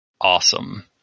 Awesome